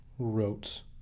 wrote